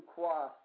Quas